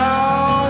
Now